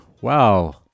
Wow